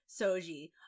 Soji